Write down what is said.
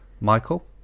Michael